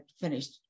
finished